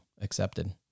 accepted